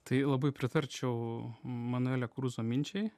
tai labai pritarčiau manuelio kruzo minčiai